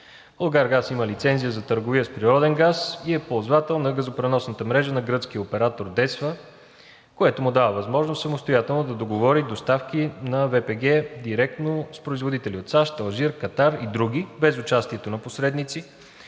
„Булгаргаз“ има лицензия за търговия с природен газ и е ползвател на газопреносната мрежа на гръцкия оператор DESFA, което му дава възможност самостоятелно да договори доставки на ВПГ директно с производители от САЩ, Алжир, Катар и други – без участието на посредници,